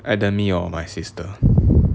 either me or my sister